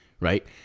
right